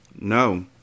No